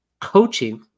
coaching